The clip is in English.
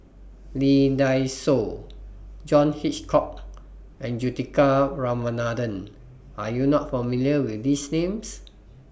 Lee Dai Soh John Hitchcock and Juthika Ramanathan Are YOU not familiar with These Names